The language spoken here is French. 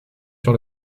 sur